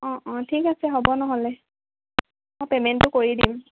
অ অ ঠিক আছে হ'ব নহ'লে মই পেমেণ্টটো কৰি দিম